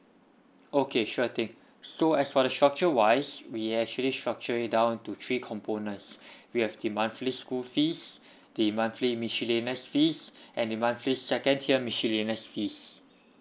okay sure thing so as for the structure wise we actually structure it down to three components we have the monthly school fees the monthly miscellaneous fees and the monthly second tier miscellaneous fees